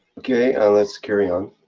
okay, let's carry on.